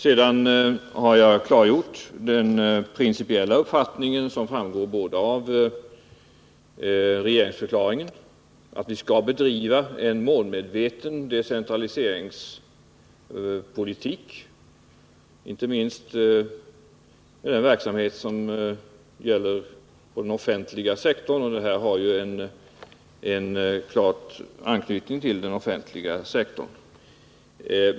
Jag har klargjort den principiella uppfattningen, som framgår bl.a. av regeringsförklaringen, att regeringen avser att bedriva en målmedveten decentraliseringspolitik, inte minst i den verksamhet som gäller den offentliga sektorn. Och denna fråga har ju en klar anknytning till den offentliga sektorn.